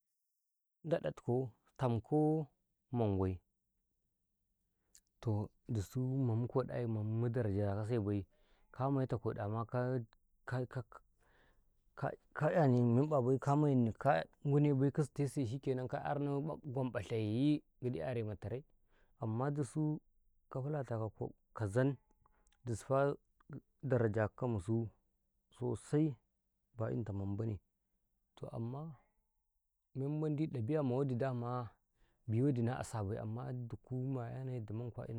﻿Ndeɗa tikaw tanko mangwai toh dusu mamu koɗayi mamu mu darajakase bai ka maita kodama kaƙyani meƃabai ka maini ka ngune bai ka zitese shikenan ka ƙyarnau gwam ƃasheyi gidi ƙyarema tare amma dusu ka fulata ka zan dususfa darajakaw musu gam ba inta mambane toh amma memandi ɗabi'a mawadi dama biwadi na asa bai amma duku mayanau yadda man kwa'ina.